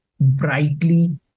brightly